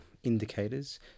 indicators